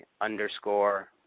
underscore